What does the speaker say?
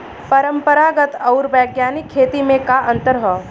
परंपरागत आऊर वैज्ञानिक खेती में का अंतर ह?